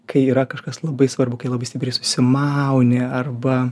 kai yra kažkas labai svarbu kai labai stipriai susimauni arba